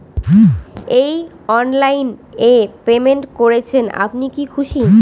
এই অনলাইন এ পেমেন্ট করছেন আপনি কি খুশি?